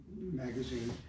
magazine